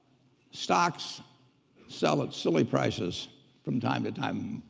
stocks sell at silly prices from time to time.